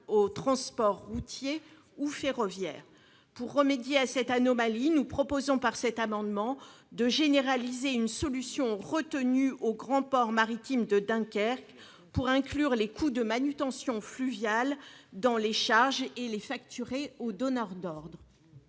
au transport routier ou ferroviaire. Pour remédier à cette anomalie, nous proposons, par cet amendement, de généraliser une solution retenue pour le grand port maritime de Dunkerque : inclure les coûts de manutention fluviale dans les charges et les facturer au donneur d'ordre.